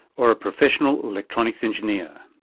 or a professional electronics engineer.